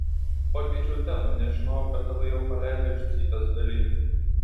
pakeičiau temą nežinojau kad tave jau paleido iš cypės dali